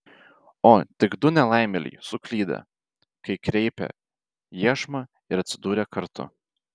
o tik du nelaimėliai suklydę kai kreipė iešmą ir atsidūrę kartu